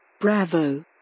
Bravo